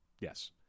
Yes